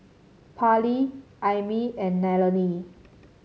Parley Aimee and Nallely